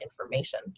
information